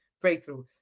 breakthrough